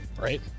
right